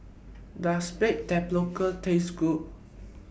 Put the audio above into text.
Does Baked Tapioca Taste Good